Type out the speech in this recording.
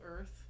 Earth